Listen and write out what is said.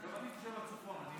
גם הוא תושב הצפון.